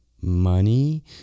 money